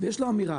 יש לו אמירה,